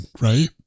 right